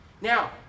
Now